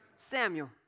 Samuel